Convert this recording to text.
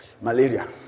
malaria